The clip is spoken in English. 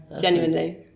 genuinely